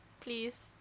please